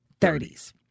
30s